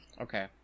Okay